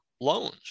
loans